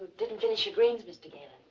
didn't finish your greens, mr. gannon.